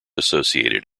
associated